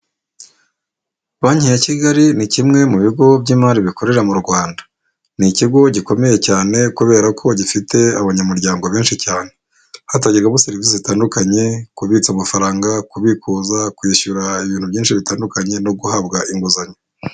Banki ya kigali ni kimwe mu bigo by'imari bikorera mu Rwanda ni ikigo gikomeye cyane kubera ko gifite abanyamuryango benshi cyane hatagegamo serivisi zitandukanye kubitsa amafaranga kubikuza kwishyura ibintu byinshi bitandukanye no guhabwa inguzanyo.